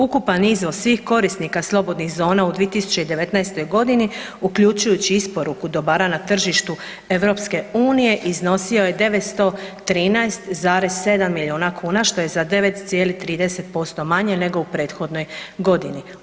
Ukupan iznos svi korisnika slobodnih zona u 2019. g. uključujući isporuku dobara na tržištu EU-a, iznosio je 913,7 milijuna kuna, što je za 9,30% manje nego u prethodnoj godini.